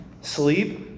sleep